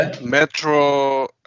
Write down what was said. metro